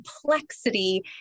complexity